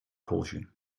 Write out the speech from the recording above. caution